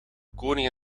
koning